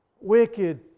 wicked